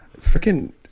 freaking